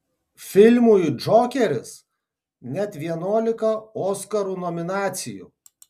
filmui džokeris net vienuolika oskarų nominacijų